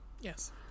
Yes